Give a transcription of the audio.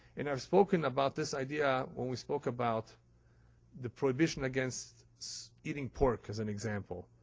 and i've spoken about this idea when we spoke about the prohibition against eating pork as an example.